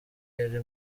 yari